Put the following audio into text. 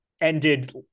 ended